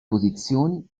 posizioni